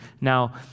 now